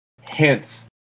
hints